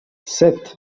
sept